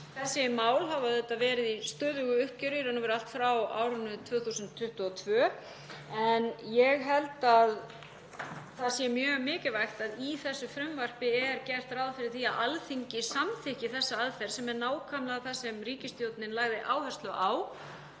Þessi mál hafa auðvitað verið í stöðugu uppgjöri í raun og veru allt frá árinu 2022. Ég held að það sé mjög mikilvægt að í þessu frumvarpi er gert ráð fyrir því að Alþingi samþykki þessa aðferð, sem er nákvæmlega það sem ríkisstjórnin lagði áherslu á